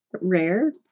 rare